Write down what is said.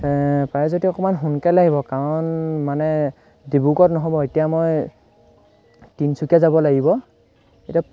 পাৰে যদি অকমান সোনকালে আহিব কাৰণ মানে ডিব্ৰুগডত নহ'ব এতিয়া মই তিনিচুকীয়া যাব লাগিব এতিয়া